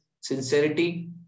sincerity